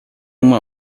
uma